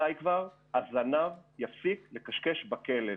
מתי כבר הזנב יפסיק לכשכש בכלב?